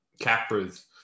Capra's